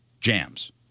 jams